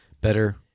Better